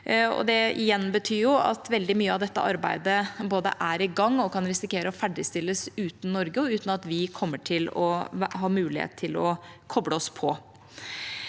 at veldig mye av dette arbeidet både er i gang og kan risikere å ferdigstilles uten Norge, og uten at vi kommer til å ha